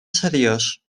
seriós